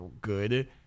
good